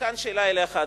וכאן זה שאלה אליך,